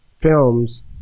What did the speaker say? films